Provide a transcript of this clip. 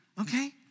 okay